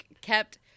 kept